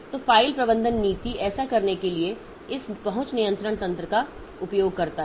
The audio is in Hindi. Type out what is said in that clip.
तो फ़ाइल प्रबंधन नीति ऐसा करने के लिए इस पहुंच नियंत्रण तंत्र का उपयोग करता है